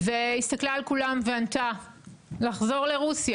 והסתכלה על כולם וענתה, לחזור לרוסיה